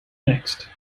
mixed